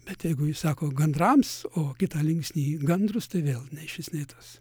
bet jeigu jis sako gandrams ogi tą linksnį gandrus tai vėl nei šis nei tas